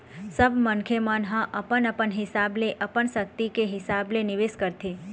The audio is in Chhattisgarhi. सब मनखे मन ह अपन अपन हिसाब ले अपन सक्ति के हिसाब ले निवेश करथे